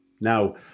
Now